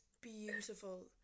beautiful